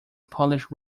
polish